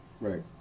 Right